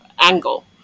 angle